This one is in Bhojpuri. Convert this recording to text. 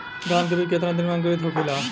धान के बिज कितना दिन में अंकुरित होखेला?